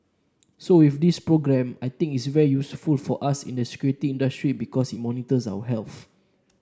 so with this programme I think it's very useful for us in the security industry because it monitors our health